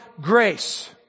grace